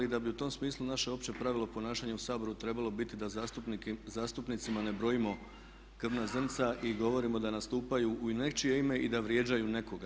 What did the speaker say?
I da bi u tom smislu naše opće pravilo ponašanja u Saboru trebalo biti da zastupnicima ne brojimo krvna zrnca i govorimo da nastupaju u nečije ime i da vrijeđaju nekoga.